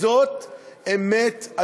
זאת אמת,